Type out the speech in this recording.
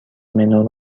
منو